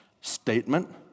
statement